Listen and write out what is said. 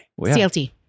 clt